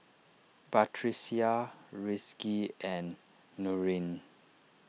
Batrisya Rizqi and Nurin